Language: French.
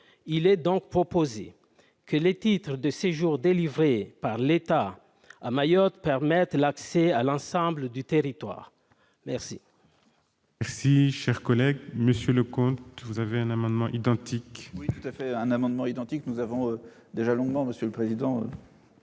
Il est donc proposé que les titres de séjour délivrés par l'État à Mayotte permettent l'accès à l'ensemble du territoire. La